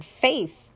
faith